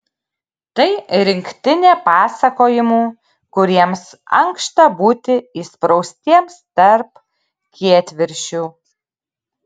tai rinktinė pasakojimų kuriems ankšta būti įspraustiems tarp kietviršių